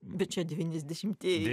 bet čia devyniasdešimtieji